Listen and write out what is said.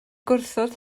gwrthod